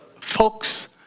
Folks